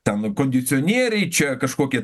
ten kondicionieriai čia kažkokie